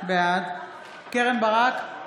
בעד קרן ברק,